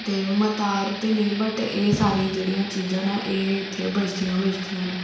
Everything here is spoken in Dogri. ते मता सारा ते नेईं पर एह् सारी जेहड़ियां चीजां ना एह् इत्थै बजदियां ही बजदियां न